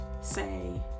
say